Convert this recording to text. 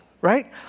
right